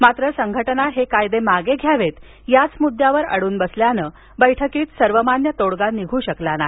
मात्र संघटना हे कायदे मागे घ्यावेत याच मुद्यावर अडून बसल्यानं बैठकीत सर्वमान्य तोङगा निघू शकला नाही